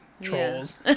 Trolls